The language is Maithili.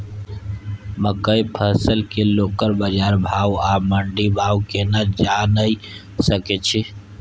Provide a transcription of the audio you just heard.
मकई फसल के लोकल बाजार भाव आ मंडी भाव केना जानय सकै छी?